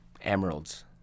Emeralds